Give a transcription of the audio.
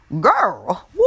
girl